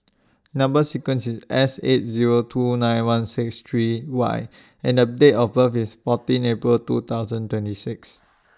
Number sequence IS S eight Zero two nine one six three Y and The Date of birth IS fourteen April two thousand twenty six